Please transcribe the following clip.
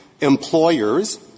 Employers